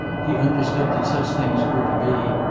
he understood that such things were to be,